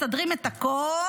מסדרים את הכול,